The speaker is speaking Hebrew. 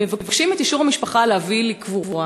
והם מבקשים את אישור המשפחה להביא לקבורה.